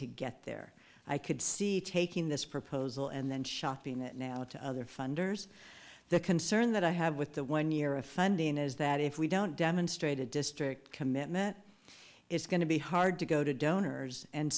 to get there i could see taking this proposal and then shopping it now to other funders the concern that i have with the one year of funding is that if we don't demonstrate a district commitment it's going to be hard to go to donors and